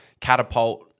catapult